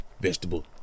vegetable